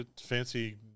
Fancy